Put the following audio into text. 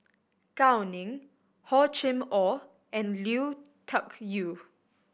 Gao Ning Hor Chim Or and Lui Tuck Yew